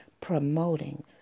promoting